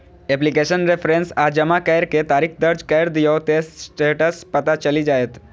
application reference आ जमा करै के तारीख दर्ज कैर दियौ, ते स्टेटस पता चलि जाएत